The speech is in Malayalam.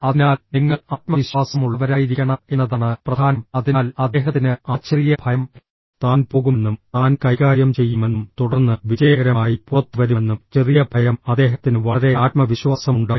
അതിനാൽ നിങ്ങൾ ആത്മവിശ്വാസമുള്ളവരായിരിക്കണം എന്നതാണ് പ്രധാനം അതിനാൽ അദ്ദേഹത്തിന് ആ ചെറിയ ഭയം താൻ പോകുമെന്നും താൻ കൈകാര്യം ചെയ്യുമെന്നും തുടർന്ന് വിജയകരമായി പുറത്തുവരുമെന്നും ചെറിയ ഭയം അദ്ദേഹത്തിന് വളരെ ആത്മവിശ്വാസമുണ്ടായിരുന്നു